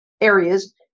areas